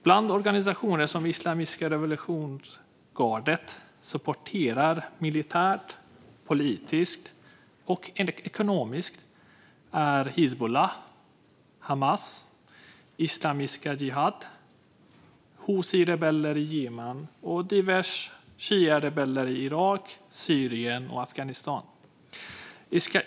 Bland organisationer som Islamiska revolutionsgardet supporterar militärt, politiskt och ekonomiskt finns Hizbollah, Hamas, Islamiska Jihad, huthirebeller i Jemen och diverse shiarebeller i Irak, Syrien och Afghanistan.